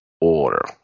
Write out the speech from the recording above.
order